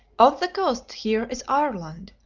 off the coast here is ireland,